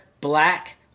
black